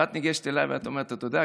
ואת ניגשת אליי ואומרת לי: אתה יודע?